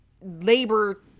labor